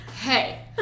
hey